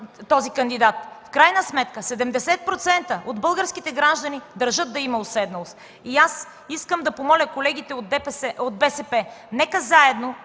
кандидатът. В крайна сметка 70% от българските граждани държат да има уседналост. Искам да помоля колегите от БСП – нека ни